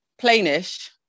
plainish